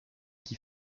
qui